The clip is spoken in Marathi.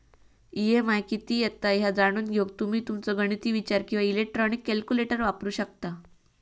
ई.एम.आय किती येता ह्या जाणून घेऊक तुम्ही तुमचो गणिती विचार किंवा इलेक्ट्रॉनिक कॅल्क्युलेटर वापरू शकता